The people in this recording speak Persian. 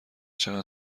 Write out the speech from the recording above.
چقدر